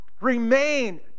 remain